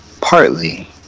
partly